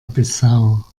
bissau